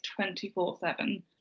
24-7